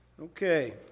Okay